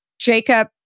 Jacob